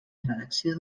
redacció